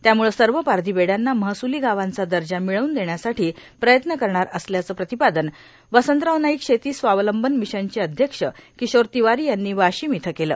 त्यामूळ सर्व पारधी बेड्यांना महसूली गावांचा दर्जा मिळवून देण्यासाठी प्रयत्न करणार असल्याच प्रतिपादन वसंतराव नाईक शेती स्वावलंबन मिशनचे अध्यक्ष किशोर तिवारी यांनी वाशिम इथं केले